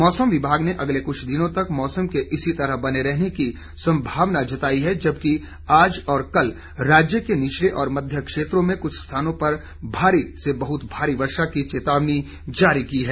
मौसम विभाग ने अगले कुछ दिनों तक मौसम के इसी तरह बने रहने की संभावना जताई है जबकि आज और कल राज्य के निचले और मध्य क्षेत्रों में कुछ स्थानों पर भारी से बहुत भारी वर्षा की चेतावनी जारी की है